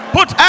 Put